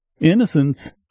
...innocence